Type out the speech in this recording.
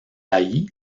allí